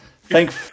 Thank